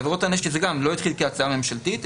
בעבירות הנשק זה לא התחיל כהצעה ממשלתית,